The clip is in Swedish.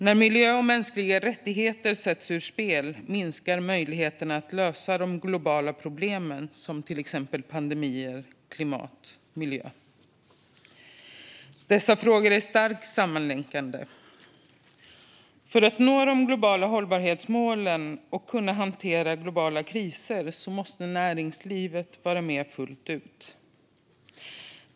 När miljö och mänskliga rättigheter sätts ur spel minskar möjligheterna att lösa de globala problemen när det gäller till exempel pandemier, klimat och miljö. Dessa frågor är starkt sammanlänkade. För att vi ska nå de globala hållbarhetsmålen och kunna hantera globala kriser måste näringslivet vara med fullt ut.